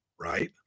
right